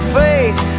face